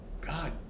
God